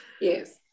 Yes